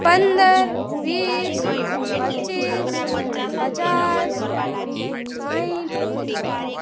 પંદર વીસ પચીસ પચાસ સાઠ